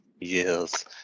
Yes